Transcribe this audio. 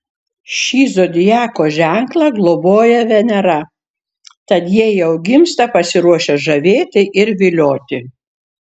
šį zodiako ženklą globoja venera tad jie jau gimsta pasiruošę žavėti ir vilioti